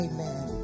Amen